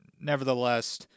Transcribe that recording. nevertheless